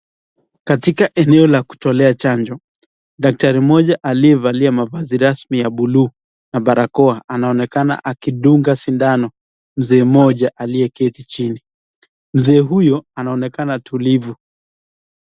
Katika eneo la kutolea chanjo daktari mmoja aliyevalia mavazi rasmi ya buluu na barakoa anaonekana akidunga sindano mzee mmoja aliyeketi chini. Mzee huyo anaonekana tulivu.